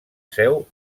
seu